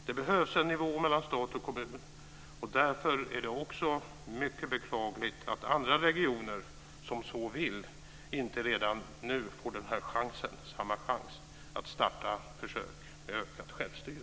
Det behövs en nivå mellan stat och kommun. Därför är det mycket beklagligt att andra regioner som så vill inte redan nu får samma chans att starta försök med ökat självstyre.